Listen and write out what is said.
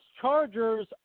Chargers